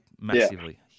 massively